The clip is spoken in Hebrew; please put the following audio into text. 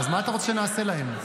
אז מה אתה רוצה שנעשה להם?